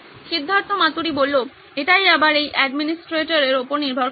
সিদ্ধার্থ মাতুরি এটাই আবার এই অ্যাডমিনিস্ট্রেটরের উপর নির্ভর করে